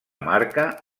marca